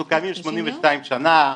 אנחנו קיימים 82 שנה,